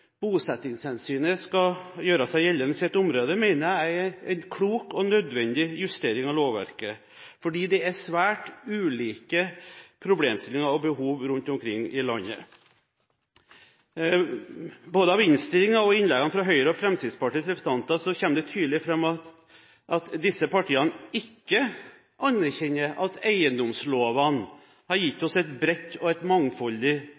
bosettingshensynet skal gjøre seg gjeldende i sitt område, mener jeg er en klok og nødvendig justering av lovverket, fordi det er svært ulike problemstillinger og behov rundt omkring i landet. Både av innstillingen og av innleggene fra Høyres og Fremskrittspartiets representanter kommer det tydelig fram at disse partiene ikke anerkjenner at eiendomslovene har gitt oss et bredt og mangfoldig